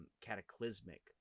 cataclysmic